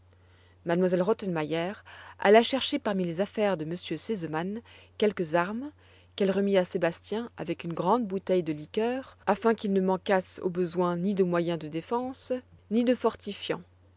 m elle rottenmeier alla chercher parmi les affaires de m r sesemann quelques armes qu'elle remit à sébastien avec une grande bouteille de liqueur afin qu'ils ne manquassent au besoin ni de moyens de défense ni de fortifiant